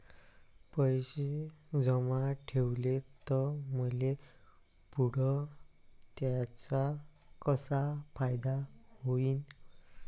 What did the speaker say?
पैसे जमा ठेवले त मले पुढं त्याचा कसा फायदा होईन?